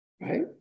right